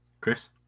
Chris